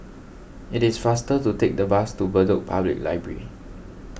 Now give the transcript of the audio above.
it is faster to take the bus to Bedok Public Library